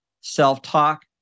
self-talk